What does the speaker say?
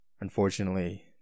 Unfortunately